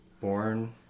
Born